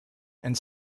and